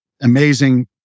amazing